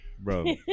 bro